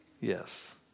Yes